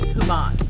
Human